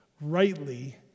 rightly